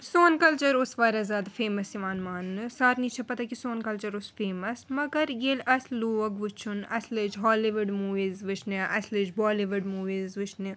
سوٗن کَلچَر اوٗس وارِیاہ زیادٕ فیمَس یِوان ماننہٕ سارنٕے چھِ پَتہ کہِ سوٗن کَلچَر اوٗس فیمَس مگر ییٚلہِ اسہِ لوٗگ وُچھُن اسہِ لٲجۍ ہالی وُڈ موٗویٖز وُچھنہِ اسہِ لٲجۍ بالی وُڈ موٗویٖز وُچھنہِ